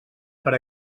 per